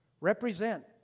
represent